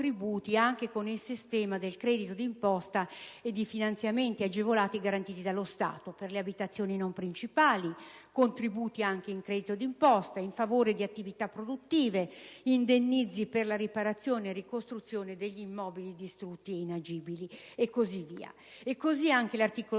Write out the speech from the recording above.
anche con il sistema del credito d'imposta e di finanziamenti agevolati garantiti dallo Stato; per le abitazioni non principali, contributi anche in credito d'imposta; in favore di attività produttive, indennizzi per la riparazione e ricostruzione degli immobili distrutti e inagibili. L'articolo